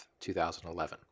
2011